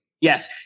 yes